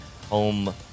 home